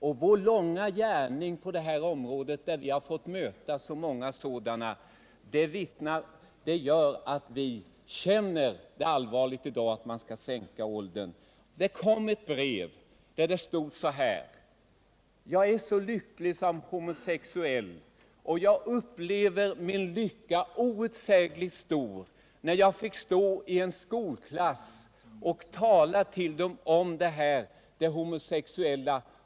Under vår långa gärning på det här området har vi fått möta så många sådana, och det gör att vi i dag känner att det vore ett allvarligt misstag att sänka åldersgränsen. I ett brev som jag har fått står det: Jag är så lycklig som homosexuell, och jag upplevde min lycka som outsägligt stor när jag fick stå inför en skolklass och tala om det homosexuella.